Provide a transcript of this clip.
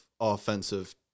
offensive